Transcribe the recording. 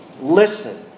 Listen